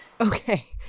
Okay